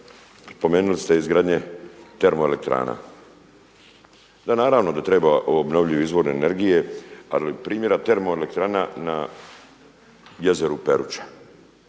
spomenuli ste izgradnje termoelektrana. Da, naravno da trebaju obnovljivi izvozi energije, ali primjer, termoelektrana na jezeru Peruča,